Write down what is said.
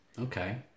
Okay